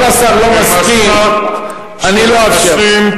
אם השר לא מסכים אני לא אאפשר.